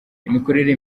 imikorere